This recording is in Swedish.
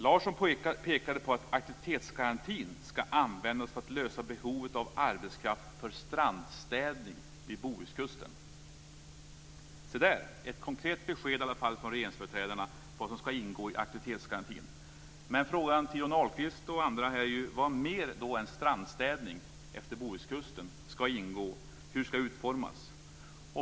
Larsson pekade på att aktivitetsgarantin ska användas för att lösa behovet av arbetskraft för strandstädning vid Bohuskusten. Se där ett konkret besked i alla fall från regeringsföreträdarna om vad som ska ingå i aktivitetsgarantin. Men frågan till Johnny Ahlqvist och andra är ju: Vad mer än strandstädning efter Bohuskusten ska ingå? Hur ska det utformas?